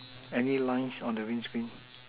any lines on the wind screen